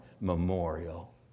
memorial